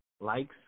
likes